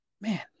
Man